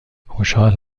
خوشحال